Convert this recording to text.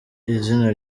izina